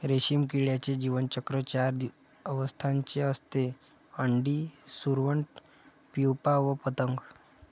रेशीम किड्याचे जीवनचक्र चार अवस्थांचे असते, अंडी, सुरवंट, प्युपा व पतंग